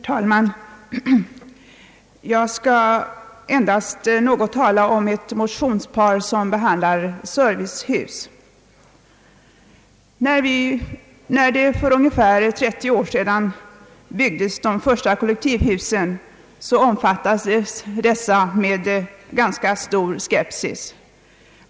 Herr talman! Jag skall endast säga några ord om ett motionspar som gäller servicehus. När de första kollektivhusen byggdes för ungefär 30 år sedan mottogs dessa hus med ganska stor skepsis.